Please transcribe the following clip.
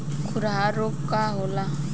खुरहा रोग का होला?